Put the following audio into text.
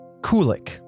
Kulik